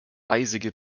eisige